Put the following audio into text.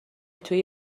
توی